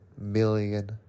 million